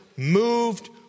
Moved